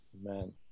Man